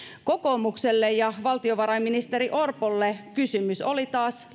kokoomukselle ja valtiovarainministeri orpolle kysymys taas